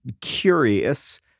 curious